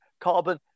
carbon